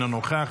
אינו נוכח,